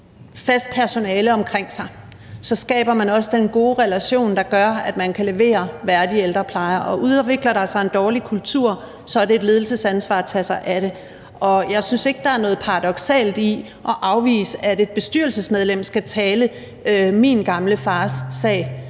fast personale omkring sig, så skaber man også den gode relation, der gør, at man kan levere en værdig ældrepleje, og udvikler der sig en dårlig kultur, er det ledelsens ansvar at tage sig af det. Jeg synes ikke, der er noget paradoksalt i at afvise, at et bestyrelsesmedlem skal tale min gamle fars sag.